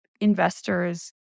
investors